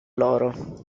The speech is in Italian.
loro